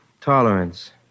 Tolerance